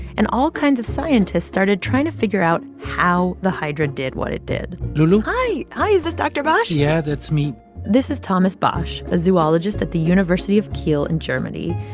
and all kinds of scientists started trying to figure out how the hydra did what it did lulu hi. hi, is this dr. bosch? yeah, that's me this is thomas bosch, a zoologist at the university of kiel in germany,